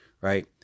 right